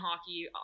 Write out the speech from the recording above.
hockey